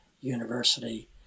University